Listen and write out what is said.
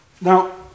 Now